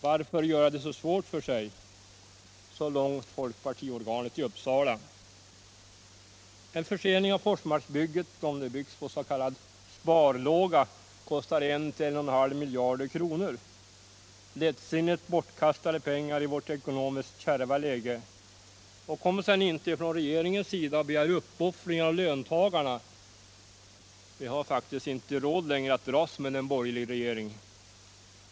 Varför göra det så svårt för sig?” En försening av Forsmarksbygget, om det byggs på s.k. sparlåga, kostar 1-1,5 miljarder kronor — lättsinnigt bortkastade pengar i vårt ekonomiskt kärva läge. Kom sedan inte från regeringens sida och begär uppoffringar av löntagarna! Vi har faktiskt inte längre råd att dras med en borgerlig regering.